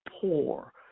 poor